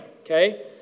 okay